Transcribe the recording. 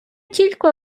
тілько